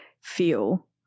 feel